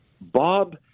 Bob